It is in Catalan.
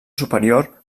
superior